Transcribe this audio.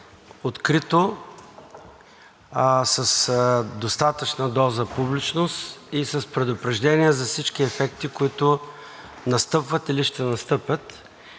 открито, с достатъчна доза публичност и с предупреждение за всички ефекти, които настъпват или ще настъпят,